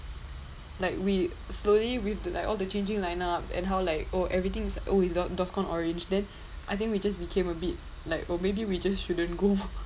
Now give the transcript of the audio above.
like we slowly with the like all the changing lineups and how like oh everything's oh it's dors~ DORSCON orange then I think we just became a bit like oh maybe we just shouldn't go